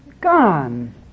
Gone